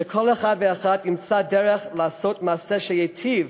שכל אחד ואחד ימצא דרך לעשות מעשה שייטיב